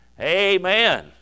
Amen